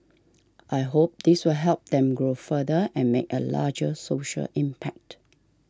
I hope this will help them grow further and make a larger social impact